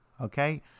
okay